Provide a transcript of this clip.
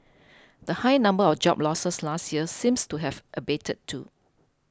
the high number of job losses last year seems to have abated too